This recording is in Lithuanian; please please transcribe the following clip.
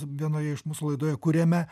vienoje iš mūsų laidoje kuriame